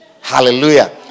Hallelujah